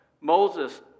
Moses